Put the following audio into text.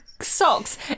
socks